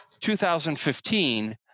2015